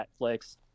Netflix